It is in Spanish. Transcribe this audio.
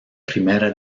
primera